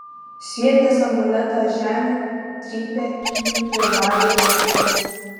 sviedęs amuletą žemėn trypė jį ir badė ietimi